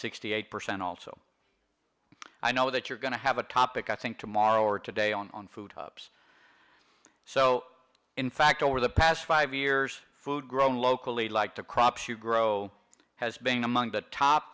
sixty eight percent also i know that you're going to have a topic i think tomorrow or today on food crops so in fact over the past five years food grown locally like to crops you grow has been among the top